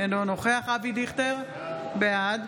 אינו נוכח אבי דיכטר, בעד